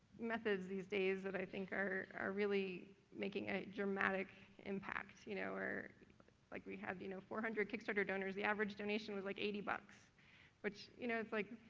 methods these days that i think are are really making a dramatic impact, you know. where like we had you know, four hundred kickstarter donors, the average donation was like eighty bucks which you know is like,